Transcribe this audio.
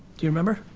do you remember?